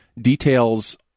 details